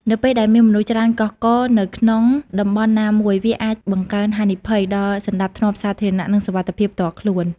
នៅពេលដែលមានមនុស្សច្រើនកុះករនៅក្នុងតំបន់ណាមួយ វាអាច បង្កើនហានិភ័យ ដល់សណ្តាប់ធ្នាប់សាធារណៈ និងសុវត្ថិភាពផ្ទាល់ខ្លួន។